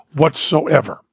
whatsoever